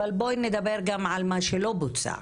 אבל בואי נדבר גם על מה שלא בוצע,